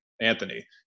anthony